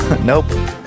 nope